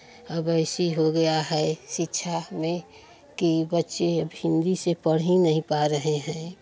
अब ऐसी हो गया है शिक्षा में कि बच्चे अब हिन्दी से पढ़ ही नहीं पा रहे हैं